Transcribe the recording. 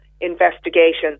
investigation